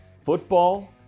Football